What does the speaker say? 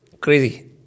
Crazy